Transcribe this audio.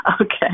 Okay